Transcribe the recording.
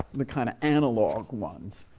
the kind of analog ones.